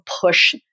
push